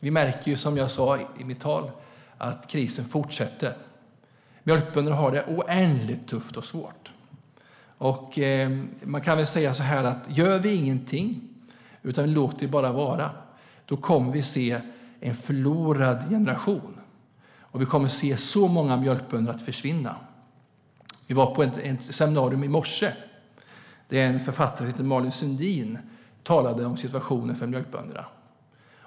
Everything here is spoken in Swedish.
Vi märker, som jag sa i mitt huvudanförande, att krisen fortsätter. Mjölkbönder har det oändligt tufft och svårt. Gör vi ingenting utan bara låter detta vara kommer vi att se en förlorad generation. Vi kommer att se väldigt många mjölkbönder försvinna. Vi var på ett seminarium i morse där författaren Malin Sundin talade om situationen för mjölkbönderna.